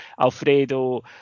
Alfredo